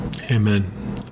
Amen